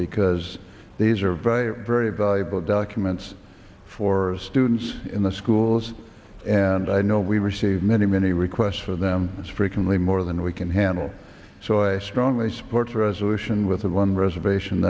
because these are very very valuable documents for students in the schools and i know we receive many many requests for them as frequently more than we can handle so i strongly support for a solution with one reservation